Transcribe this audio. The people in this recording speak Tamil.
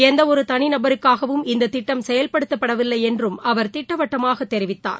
எந்தவொரு தனிநபருக்காகவும் இந்த திட்டம் செயல்படுத்தப்படவில்லை என்றும் அவர் திட்டவட்டமாக தெரிவித்தார்